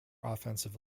offensive